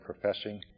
professing